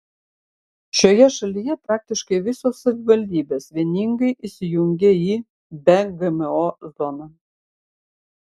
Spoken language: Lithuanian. šioje šalyje praktiškai visos savivaldybės vieningai įsijungė į be gmo zoną